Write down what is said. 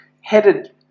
headed